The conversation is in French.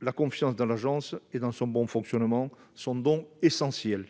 La confiance dans l'agence et dans son bon fonctionnement est donc essentielle.